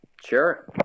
Sure